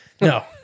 No